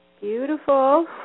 Beautiful